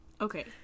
Okay